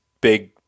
big